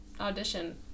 audition